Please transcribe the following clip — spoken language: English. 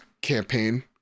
campaign